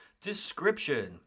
description